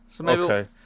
Okay